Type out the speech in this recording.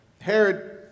Herod